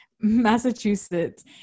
Massachusetts